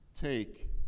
take